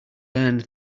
learned